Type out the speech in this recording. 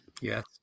Yes